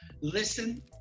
listen